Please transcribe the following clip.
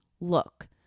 look